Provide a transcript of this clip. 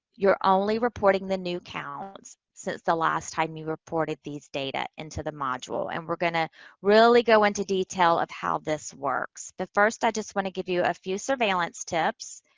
you're only reporting the new counts since the last time you reported these data into the module. and we're going to really go into detail of how this works. but first, i just want to give you a few surveillance tips.